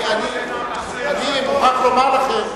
אני מוכרח לומר לכם,